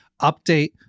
update